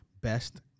best